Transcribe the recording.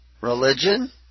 Religion